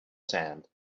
sand